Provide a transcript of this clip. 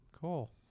Cool